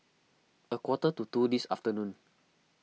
a quarter to two this afternoon